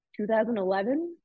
2011